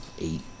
Eight